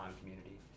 community